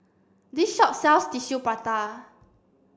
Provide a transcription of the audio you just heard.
this shop sells Tissue Prata